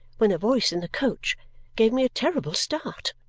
when a voice in the coach gave me a terrible start.